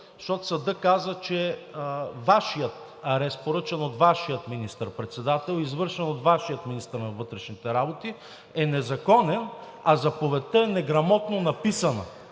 защото съдът каза, че Вашият арест, поръчан от Вашия министър-председател, извършен от Вашия министър на вътрешните работи, е незаконен, а заповедта е неграмотно написана!